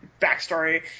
backstory